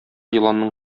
еланның